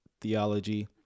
theology